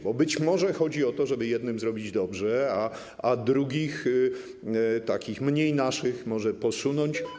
Bo być może chodzi o to, żeby jednym zrobić dobrze, a drugich, takich mniej naszych może posunąć?